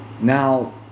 Now